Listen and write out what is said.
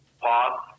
pause